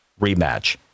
rematch